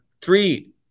three